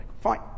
Fine